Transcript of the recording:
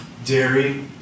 Dairy